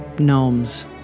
Gnomes